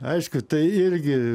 aišku tai irgi